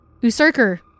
Usurker